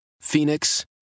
Phoenix